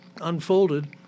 unfolded